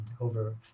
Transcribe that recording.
over